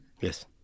Yes